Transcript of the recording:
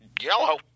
Yellow